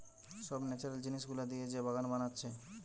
সব ন্যাচারাল জিনিস গুলা দিয়ে যে বাগান বানাচ্ছে